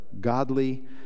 godly